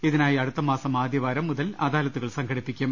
ഇതിനായി അടുത്തമാസം ആദ്യവാരം മുതൽ അദാലത്തുകൾ സംഘടിപ്പിക്കും